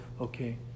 okay